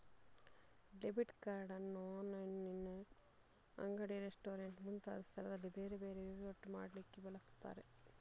debit card ಅನ್ನು ಆನ್ಲೈನಿನಲ್ಲಿ, ಅಂಗಡಿ, ರೆಸ್ಟೋರೆಂಟ್ ಮುಂತಾದ ಸ್ಥಳದಲ್ಲಿ ಬೇರೆ ಬೇರೆ ವೈವಾಟು ಮಾಡ್ಲಿಕ್ಕೆ ಬಳಸ್ತಾರೆ